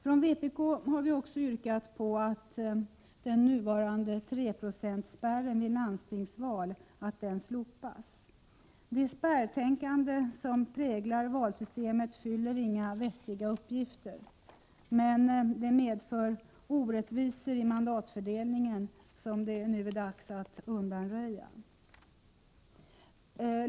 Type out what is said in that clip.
Från vpk har vi också yrkat att den nuvarande 3-procentsspärren vid landstingsval slopas. Det spärrtänkande som präglar valsystemet fyller inga vettiga uppgifter, men det medför orättvisor i mandatfördelningen som det nu är dags att undanröja.